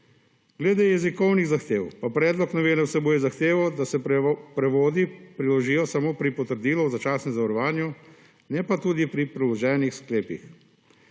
Glede jezikovnih zahtev pa predlog novele vsebuje zahtevo, da se prevodi priložijo samo pri potrdilu o začasnem zavarovanju, ne pa tudi pri priloženih sklepih.